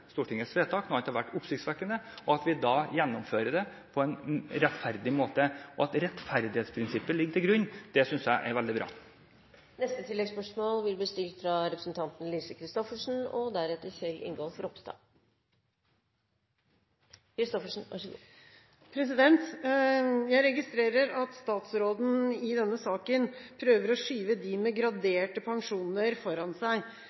Stortingets vedtak – noe annet hadde vært oppsiktsvekkende – og gjennomføre det på en rettferdig måte. At rettferdighetsprinsippet ligger til grunn, synes jeg er veldig bra. Lise Christoffersen – til oppfølgingsspørsmål. Jeg registrerer at statsråden i denne saken prøver å skyve dem med graderte pensjoner foran seg.